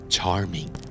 Charming